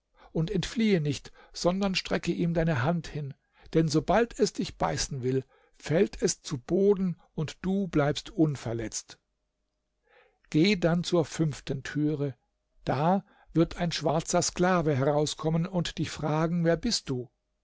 und entfliehe nicht sondern strecke ihm deine hand hin denn sobald es dich beißen will fällt es zu boden und du bleibst unverletzt geh dann zur fünften türe da wird ein schwarzer sklave herauskommen und dich fragen wer bist du